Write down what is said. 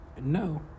no